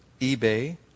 eBay